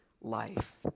life